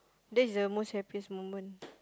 that's the most happiest moment